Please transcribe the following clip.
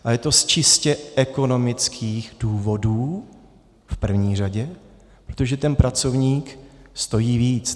A je to z čistě ekonomických důvodů v první řadě, protože ten pracovník stojí víc.